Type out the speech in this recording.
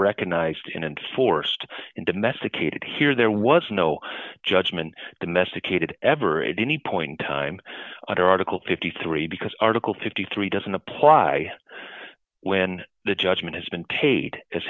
recognized in and forced in domestic aid here there was no judgment domesticated ever at any point in time under article fifty three because article fifty three doesn't apply when the judgment has been paid as